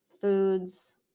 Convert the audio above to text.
foods